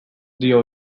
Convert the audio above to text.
dio